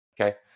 okay